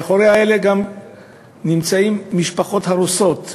מאחוריהם נמצאות משפחות הרוסות,